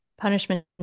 punishment